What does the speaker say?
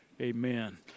Amen